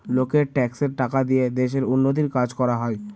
লোকের ট্যাক্সের টাকা দিয়ে দেশের উন্নতির কাজ করা হয়